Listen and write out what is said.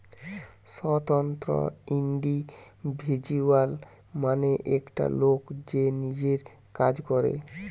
স্বতন্ত্র ইন্ডিভিজুয়াল মানে একটা লোক যে নিজের কাজ করে